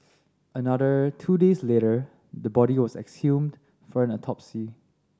another two days later the body was exhumed for an autopsy